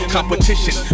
Competition